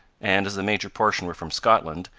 and, as the major portion were from scotland,